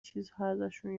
چیزهاازشون